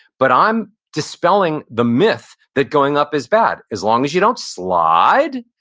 but i'm dispelling the myth that going up is bad. as long as you don't slide,